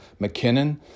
McKinnon